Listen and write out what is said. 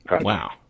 Wow